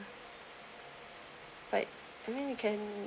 but I mean you can